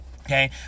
Okay